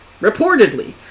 reportedly